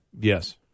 Yes